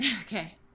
Okay